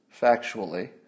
factually